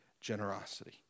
generosity